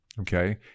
okay